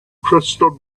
crystal